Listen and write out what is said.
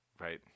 right